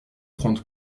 prendre